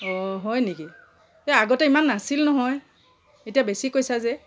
অ' হয় নেকি এ আগতে ইমান নাছিল নহয় এতিয়া বেছি কৈছা যে